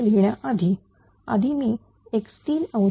लिहिण्याआधी आधी मी x3